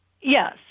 Yes